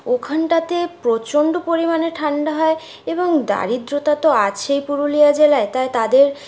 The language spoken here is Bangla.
ওখানটাতে প্রচন্ড পরিমাণে ঠান্ডা হয় এবং দারিদ্রতা তো আছেই পুরুলিয়া জেলায় তাই তাদের